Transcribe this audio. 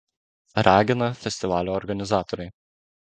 ragina festivalio organizatoriai